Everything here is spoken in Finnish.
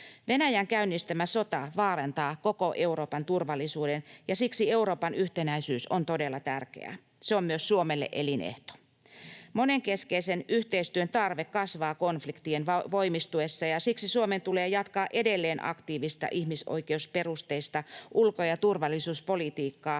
Venäjän käynnistämä sota vaarantaa koko Euroopan turvallisuuden, ja siksi Euroopan yhtenäisyys on todella tärkeää. Se on myös Suomelle elinehto. Monenkeskeisen yhteistyön tarve kasvaa konfliktien voimistuessa, ja siksi Suomen tulee jatkaa edelleen aktiivista ihmisoikeusperusteista ulko- ja turvallisuuspolitiikkaa